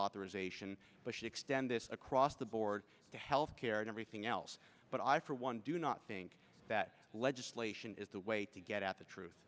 authorization but she extended across the board to health care and everything else but i for one do not think that legislation is the way to get out the truth